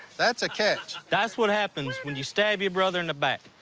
that's a catch. that's what happens when you stab your brother in the back!